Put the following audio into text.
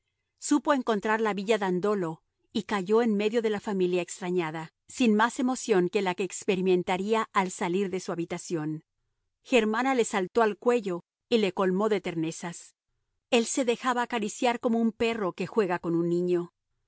supo encontrar la villa dandolo y cayó en medio de la familia extrañada sin más emoción que la que experimentaría al salir de su habitación germana le saltó al cuello y le colmó de ternezas él se dejaba acariciar como un perro que juega con un niño